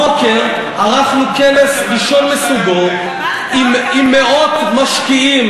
הבוקר ערכנו כנס ראשון מסוגו עם מאות משקיעים